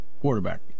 quarterback